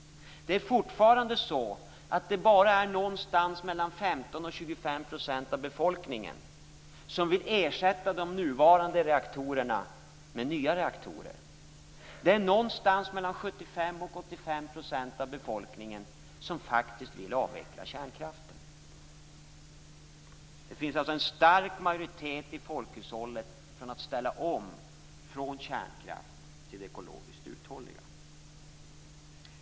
Det är fortfarande bara någonstans mellan 15 % och 25 % av befolkningen som vill ersätta de nuvarande reaktorerna med nya reaktorer. Någonstans mellan 75 % och 85 % av befolkningen vill faktiskt avveckla kärnkraften. Det finns alltså en stark majoritet i folkhushållet för att ställa om från kärnkraft till det ekologiskt uthålliga.